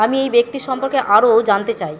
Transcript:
আমি এই ব্যক্তির সম্পর্কে আরও জানতে চাই